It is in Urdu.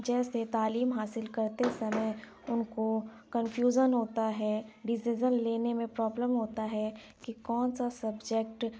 جیسے تعلیم حاصل کرتے سمعے اُن کو کنفیوژن ہوتا ہے ڈسیزن لینے میں پرابلم ہوتا ہے کہ کون سا سبجیکٹ